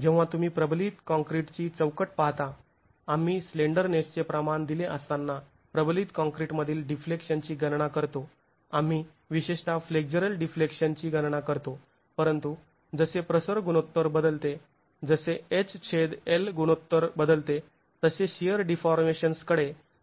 जेव्हा तुम्ही प्रबलित काँक्रीटची चौकट पाहता आम्ही स्लेंडरनेसचे प्रमाण दिले असताना प्रबलित काँक्रीटमधील डिफ्लेक्शनची गणना करतो आम्ही विशेषता फ्लेक्झरल डिफ्लेक्शन ची गणना करतो परंतु जसे प्रसर गुणोत्तर बदलते जसे hL गुणोत्तर बदलते तसे शिअर डीफॉर्मेशन्सकडे दुर्लक्ष केले जाऊ शकत नाही